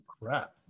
crap